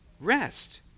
Rest